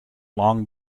long